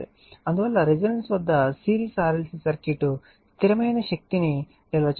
అందువల్ల రెసోనన్స్ వద్ద series RLC circuit స్థిరమైన శక్తిని నిల్వ చేస్తుంది